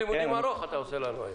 ארנונה,